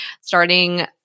starting